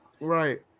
Right